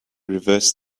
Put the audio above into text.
reversed